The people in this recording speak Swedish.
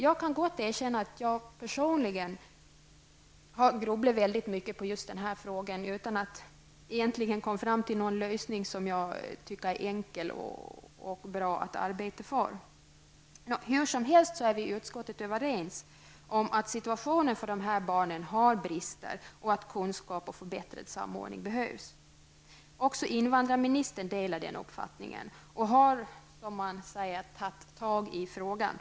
Jag kan gott erkänna att jag personligen har grubblat väldigt mycket över denna fråga utan att egentligen komma fram till någon enkel lösning, som jag själv skulle vilja arbeta för. Hur som helst är vi i utskottet överens om att situationen för dessa barn har sina brister och att kunskap och förbättrad samordning behövs. Även invandrarministern delar den uppfattningen och har också, som man säger, tagit tag i frågan.